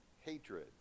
Hatred